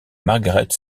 margaret